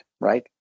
Right